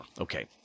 okay